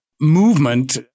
movement